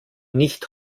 nicht